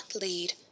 lead